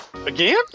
Again